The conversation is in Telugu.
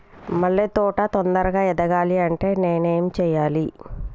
మల్లె తోట తొందరగా ఎదగాలి అంటే నేను ఏం చేయాలి?